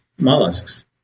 mollusks